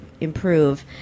improve